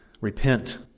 repent